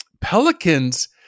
Pelicans